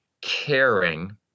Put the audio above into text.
caring